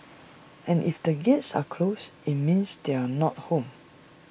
and if the gates are closed IT means they are not home